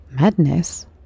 madness